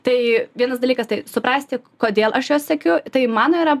tai vienas dalykas tai suprasti kodėl aš jo siekiu tai mano yra